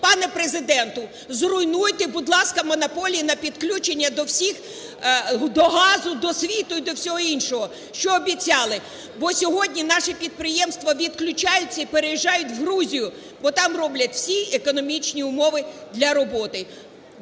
Пане Президенте, зруйнуйте, будь ласка, монополії на підключення до всіх, до газу, до світла і до всього іншого, що обіцяли. Бо сьогодні наші підприємства відключаються і переїжджають в Грузію, бо там роблять всі економічні умови для роботи.